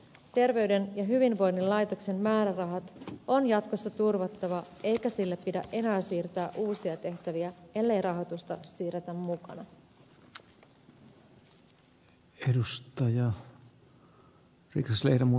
terveyden ja hyvinvoinnin laitoksen määrärahat on jatkossa turvattava eikä sille pidä enää siirtää uusia tehtäviä ellei rahoitusta siirretä mukana